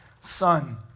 Son